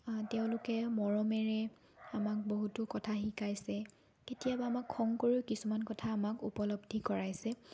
তেওঁলোকে মৰমেৰে আমাক বহুতো কথা শিকাইছে কেতিয়াবা আমাক খং কৰিও কিছুমান কথা আমাক উপলব্ধি কৰাইছে